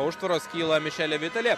užtvaros kyla mišeli vitali